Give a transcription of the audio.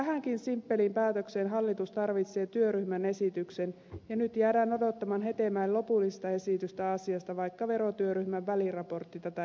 tähänkin simppeliin päätökseen hallitus tarvitsee työryhmän esityksen ja nyt jäädään odottamaan hetemäen lopullista esitystä asiasta vaikka verotyöryhmän väliraportti tätä jo suositti